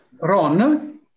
Ron